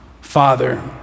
Father